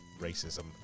racism